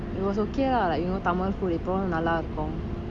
it was okay lah like you know Tamil food என்போமே நல்ல இருக்கும்:epomae nalla irukum